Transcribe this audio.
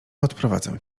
odprowadzę